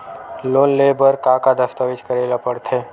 Loan ले बर का का दस्तावेज करेला पड़थे?